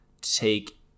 take